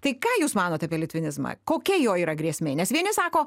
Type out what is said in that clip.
tai ką jūs manot apie litvinizmą kokia jo yra grėsmė nes vieni sako